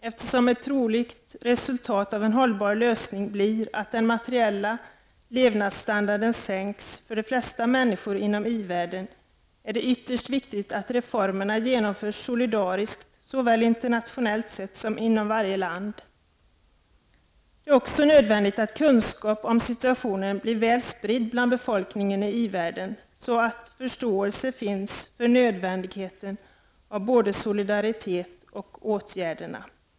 Eftersom ett troligt resultat av en hållbar lösning blir att den materiella levnadsstandarden sänks för de flesta människor inom i-världen, är det ytterst viktigt att reformerna genomförs solidariskt, såväl internationellt sett som inom varje land. Det är också nödvändigt att kunskap om situationen blir väl spridd bland befolkningen i i-världen, så att förståelse finns för nödvändigheten av både solidariteten och åtgärderna.